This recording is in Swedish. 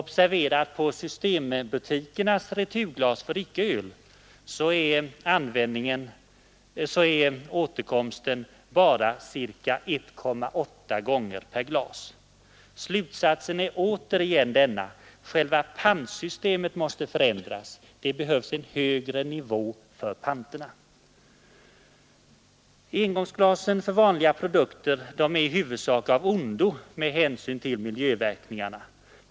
Observera även att för Systembutikernas returglas är återkomsten bara ca 1,8 gånger per glas. Slutsatsen blir återigen denna: Själva pantsystemet måste förändras; det behövs en högre nivå för panterna. Engångsglasen för vanliga produkter är i huvudsak av ondo med hänsyn till miljöverkningarna.